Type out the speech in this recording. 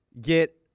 get